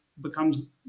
becomes